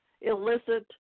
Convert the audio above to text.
illicit